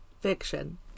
Fiction